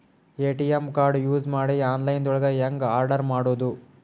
ATM card use ಮಾಡಿ online ದೊಳಗೆ ಹೆಂಗ್ ಆರ್ಡರ್ ಮಾಡುದು?